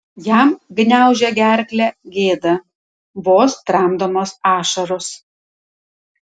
jam gniaužė gerklę gėda vos tramdomos ašaros